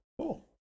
cool